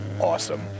awesome